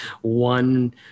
One